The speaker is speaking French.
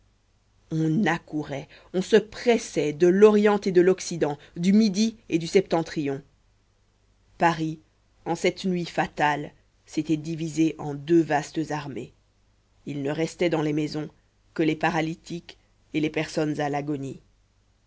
on accourait on se pressait de l'orient et de l'occident du midi et du septentrion paris en cette nuit fatale s'était divisé en deux vastes armées il ne restait dans les maisons que les paralytiques et les personnes à l'agonie